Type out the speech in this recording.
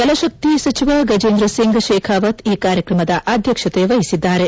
ಜಲಶಕ್ತಿ ಸಚಿವ ಗಜೇಂದ್ರ ಸಿಂಗ್ ಶೇಖಾವತ್ ಈ ಕಾರ್ಯಕ್ರಮದ ಅಧ್ಯಕ್ಷತೆ ವಹಿಸಿದ್ದಾರೆ